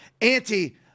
anti